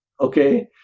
Okay